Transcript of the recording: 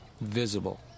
visible